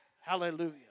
Hallelujah